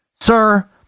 Sir